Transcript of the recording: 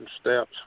steps